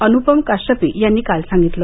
अनुपम काश्यपि यांनी काळ सांगितलं